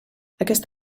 aquest